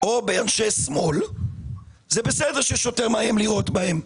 או באנשי שמאל זה בסדר ששוטר מאיים לירות בהם,